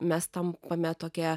mes tampame tokie